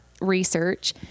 research